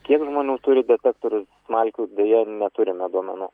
kiek žmonių turi detektorius smalkių deja neturime duomenų